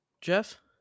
Jeff